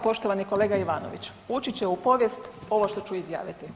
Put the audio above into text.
Poštovani kolega Ivanoviću, ući će u povijest ovo što ću izjaviti.